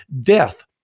death